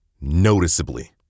noticeably